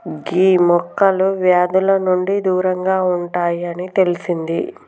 గీ మొక్కలు వ్యాధుల నుండి దూరంగా ఉంటాయి అని తెలిసింది